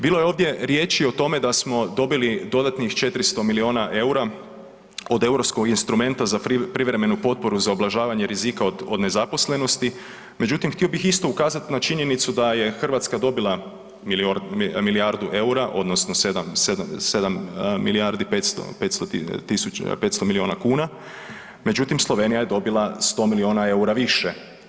Bilo je ovdje riječi o tome da smo dobili dodatnih 400 miliona EUR-a od Europskog instrumenta za privremenu potporu za ublažavanje rizika o nezaposlenosti međutim htio bih isto ukazati ma činjenicu da je Hrvatska dobila milijardu EUR-a odnosno 7 milijardi 500, 500 tisuća, 500 miliona kuna međutim Slovenija je dobila 100 miliona EUR-a više.